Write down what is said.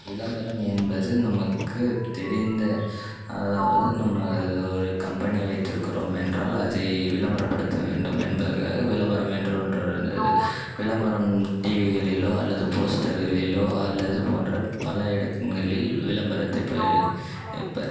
விளம்பரம் என்பது நமக்கு தெரிந்த அதாவது நம்ம அது ஒரு கம்பெனி வைத்திருக்கிறோம் என்றால் அதை விளம்பரப்படுத்த வேண்டும் என்பதற்காக விளம்பரம் என்ற ஒன்று இந்த இது விளம்பரம் டிவிகளிலோ அல்லது போஸ்ட்டர்களிலோ அல்லது போன்ற பல இடத்துங்களில் விளம்பரத்தை இப்போ வைப்பர்